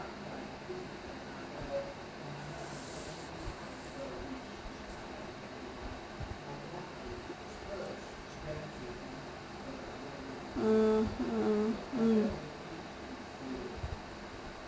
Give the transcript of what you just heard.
mm mm mm mm